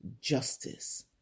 justice